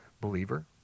Believer